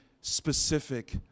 specific